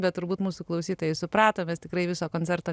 bet turbūt mūsų klausytojai suprato mes tikrai viso koncerto